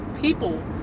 people